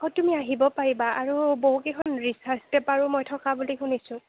অঁ তুমি আহিব পাৰিবা আৰু বহুকেইখন ৰিচাৰ্ছ পেপাৰো আৰু মই থকা বুলি শুনিছোঁ